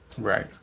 Right